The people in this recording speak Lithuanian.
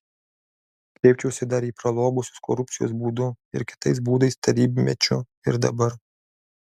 kreipčiausi dar į pralobusius korupcijos būdu ir kitais būdais tarybmečiu ir dabar